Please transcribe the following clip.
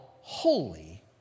holy